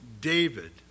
David